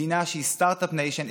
מדינה שהיא סטרטאפ ניישן,